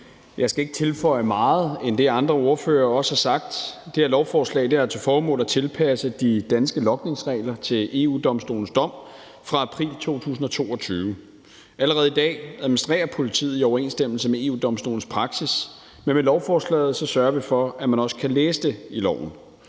Jeg skal ikke tilføje meget mere end det, andre ordførere har sagt. Det her lovforslag har til formål at tilpasse de danske logningsregler til EU-Domstolens dom fra april 2022. Allerede i dag administrerer politiet i overensstemmelse med EU-Domstolens praksis, men med lovforslaget sørger vi for, at man også kan læse det i loven.